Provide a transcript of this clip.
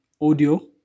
Audio